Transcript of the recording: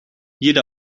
jede